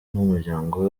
n’umuryango